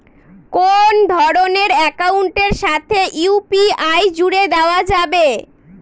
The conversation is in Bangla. কোন ধরণের অ্যাকাউন্টের সাথে ইউ.পি.আই জুড়ে দেওয়া যাবে?